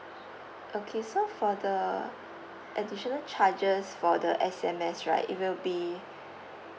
okay so for the additional charges for the S_M_S right it will be